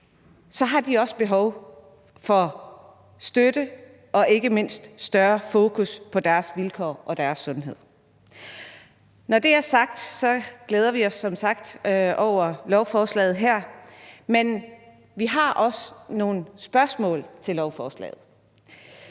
mænd også behov for støtte og ikke mindst større fokus på deres vilkår og deres sundhed. Når det er sagt, glæder vi os over lovforslaget her, men vi har også nogle spørgsmål til lovforslaget.